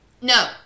No